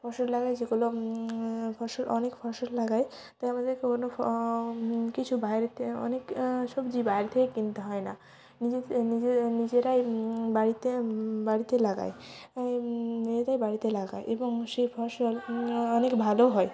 ফসল লাগাই যেগুলো ফসল অনেক ফসল লাগাই তাই আমাদের কোনো ফ কিছু বাইরের থেকে অনেক সবজি বাইরে থেকে কিনতে হয় না নিজেদে নিজে নিজেরাই বাড়িতে বাড়িতে লাগাই নিজেরাই বাড়িতে লাগাই এবং সে ফসল অনেক ভালোও হয়